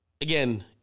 again